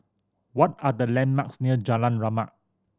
what are the landmarks near Jalan Rahmat